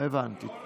כל היום